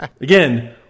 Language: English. Again